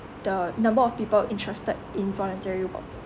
the number of people interested in voluntary work